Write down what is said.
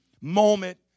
moment